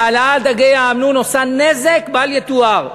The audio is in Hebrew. והעלאת מחיר דגי האמנון עושה נזק בל יתואר.